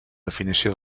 definició